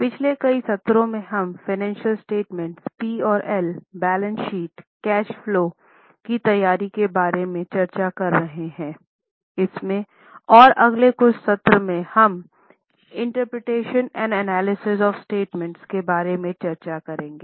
पिछले कई सत्रों में हम फ़ाइनेंशियल स्टेटमेंट के बारे में चर्चा करेंगे